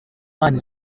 imana